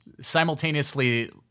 simultaneously